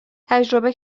تجربه